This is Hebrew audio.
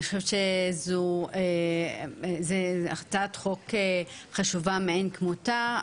אני חושבת שזאת הצעת חוק חשובה מאין כמותה,